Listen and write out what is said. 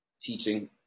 teaching